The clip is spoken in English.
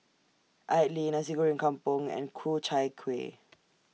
Idly Nasi Goreng Kampung and Ku Chai Kueh